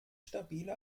stabile